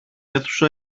αίθουσα